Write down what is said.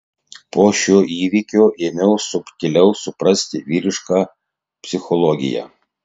po šio įvykio ėmiau subtiliau suprasti vyrišką psichologiją